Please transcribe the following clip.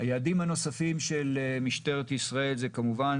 היעדים הנוספים של משטרת ישראל זה כמובן